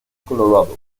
colorado